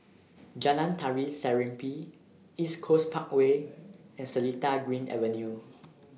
Jalan Tari Serimpi East Coast Parkway and Seletar Green Avenue